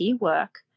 work